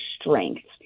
strengths